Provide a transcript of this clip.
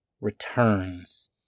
returns